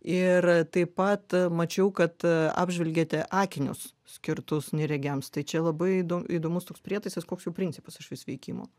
ir taip pat mačiau kad apžvelgėte akinius skirtus neregiams tai čia labai įdo įdomus toks prietaisas koks jo principas išvis veikimo